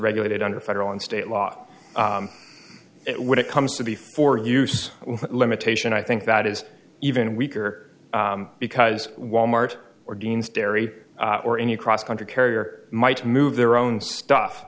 regulated under federal and state law when it comes to be for use limitation i think that is even weaker because wal mart or deans dairy or any cross country carrier might move their own